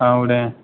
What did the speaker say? औ दे